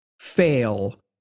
fail